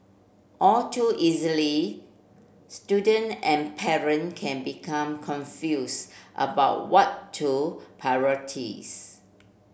all too easily student and parent can become confuse about what to